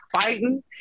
fighting